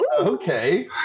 Okay